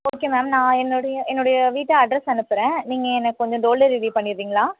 okay ma'am நான் என்னுடைய என்னுடைய வீட்டு அட்ரெஸ் அனுப்புகிறேன் நீங்கள் எனக்கு கொஞ்சம் டோர் டெலிவரி பண்ணிடறீங்களா